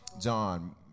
John